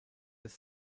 des